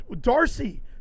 Darcy